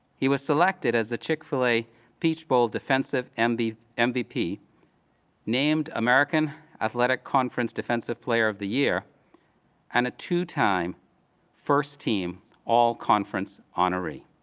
he was selected as the chick-fil-a peach bowl defensive and mvp, named american athletic conference defensive player of the year and a two-time first team all-conference honoree.